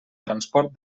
transport